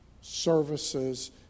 services